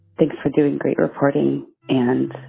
thanks for doing great reporting. and